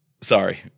Sorry